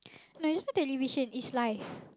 no it's not television it's live